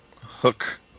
hook